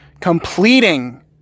completing